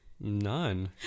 none